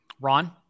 Ron